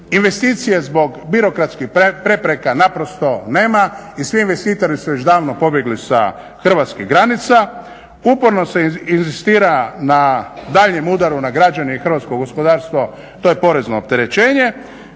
investicije zbog birokratskih prepreka naprosto nema i svi investitori su već davno pobjegli sa hrvatskih granica. Uporno se inzistira na daljnjem udaru na građane i hrvatsko gospodarstvo, to je porezno opterećenje